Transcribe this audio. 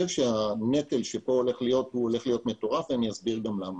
הנטל פה הולך להיות מטורף, ואסביר למה.